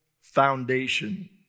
foundation